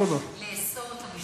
מוציאים הנחיה לעצור את המשלוחים.